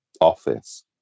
office